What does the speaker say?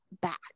back